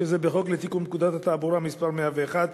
וזה בחוק לתיקון פקודת התעבורה (מס' 101),